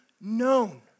known